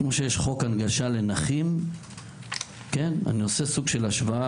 כמו שיש חוק הנגשה לנכים אני עושה הסוג של השוואה,